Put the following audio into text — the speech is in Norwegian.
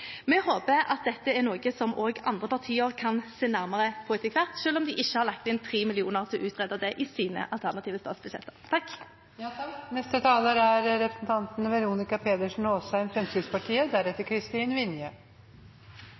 Vi håper at dette er noe også andre partier kan se nærmere på etter hvert, selv om de ikke har lagt inn 3 mill. kr til å utrede det i sine alternative statsbudsjetter.